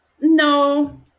No